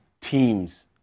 teams